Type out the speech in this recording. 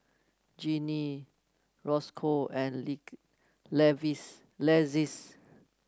Jenni Rosco and Lexis